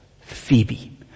Phoebe